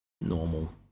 normal